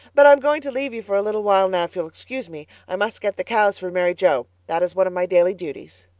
but i'm going to leave you for a little while now if you'll excuse me. i must get the cows for mary joe. that is one of my daily duties.